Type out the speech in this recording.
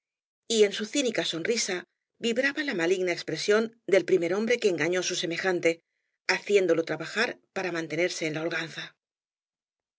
y en su cínica sonrisa vibraba la maligna expresión del primer hombre que engañó á su semejante haciéndolo trabajar para mantenerse en la holganza